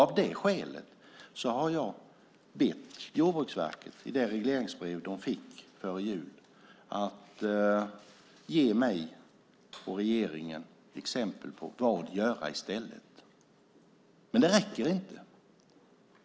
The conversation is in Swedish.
Av det skälet har jag bett Jordbruksverket, i det regleringsbrev de fick före jul, att ge mig och regeringen exempel på vad man ska göra i stället. Men det räcker inte.